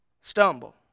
stumble